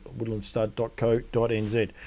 woodlandstud.co.nz